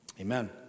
Amen